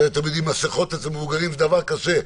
אתם יודעים, מסכות אצל מבוגרים זה דבר קשה.